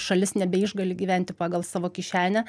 šalis nebeišgali gyventi pagal savo kišenę